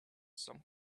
some